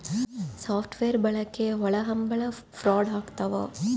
soft wear ಬಳಕೆ ಒಳಹಂಭಲ fraud ಆಗ್ತವ